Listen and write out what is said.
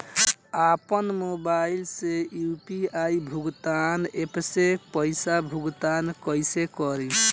आपन मोबाइल से यू.पी.आई भुगतान ऐपसे पईसा भुगतान कइसे करि?